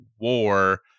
war